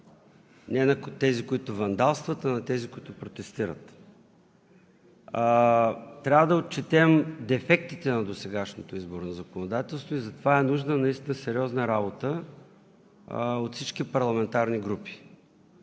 Не на тези, които вандалстват, а на тези, които протестират. Трябва да отчетем дефектите на досегашното изборно законодателство и затова е нужна наистина сериозна работа от всички парламентарна групи.